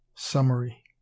summary